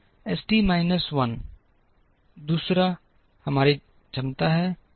S T minus 1 दूसरा हमारी क्षमता है